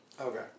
Okay